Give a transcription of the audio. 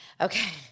Okay